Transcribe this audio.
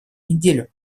неделю